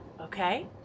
okay